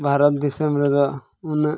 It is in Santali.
ᱵᱷᱟᱨᱚᱛ ᱫᱤᱥᱚᱢ ᱨᱮᱫᱚ ᱩᱱᱟᱹᱜ